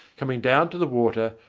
coming down to the water,